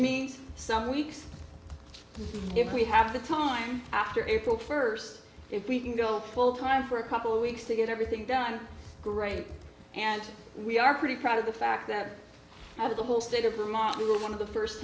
means some weeks if we have the time after april first if we can go full time for a couple of weeks to get everything done great and we are pretty proud of the fact that out of the whole state of vermont we will one of the first